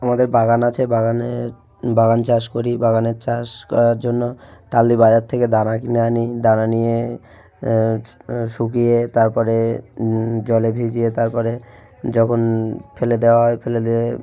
আমাদের বাগান আছে বাগানে বাগান চাষ করি বাগানের চাষ করার জন্য তালদি বাজার থেকে দানা কিনে আনি দানা নিয়ে শুকিয়ে তার পরে জলে ভিজিয়ে তার পরে যখন ফেলে দেওয়া হয় ফেলে দিয়ে